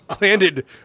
landed